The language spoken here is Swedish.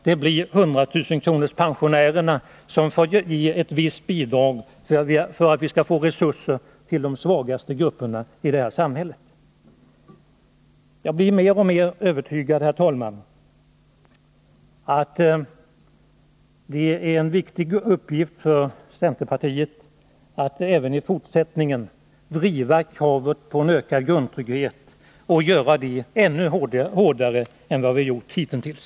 Det blir hundratusenkronorspensionärerna som får ge visst bidrag för att vi skall få resurser till de svagaste grupperna i detta samhälle. Jag blir mer och mer övertygad, herr talman, att det är en viktig uppgift för centerpartiet att även i fortsättningen driva kravet på en ökad grundtrygghet och göra det ännu hårdare än vad vi har gjort hitintills.